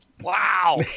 wow